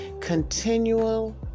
Continual